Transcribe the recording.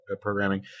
programming